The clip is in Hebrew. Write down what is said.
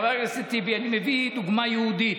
חבר הכנסת טיבי, אני מביא דוגמה יהודית: